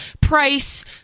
price